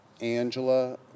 Angela